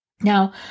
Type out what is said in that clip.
Now